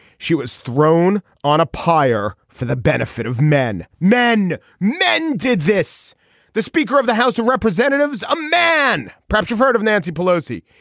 she was thrown on a pyre for the benefit of men men men did this the speaker of the house of representatives a man. perhaps you've heard of nancy pelosi.